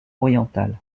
oriental